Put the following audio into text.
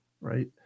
right